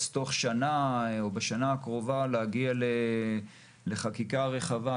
תוך שנה או בשנה הקרובה להגיע לחקיקה רחבה.